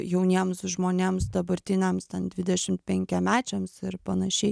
jauniems žmonėms dabartiniams dvidešimt penkiamečiams ir panašiai